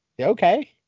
Okay